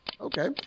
okay